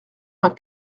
vingt